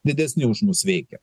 didesni už mus veikia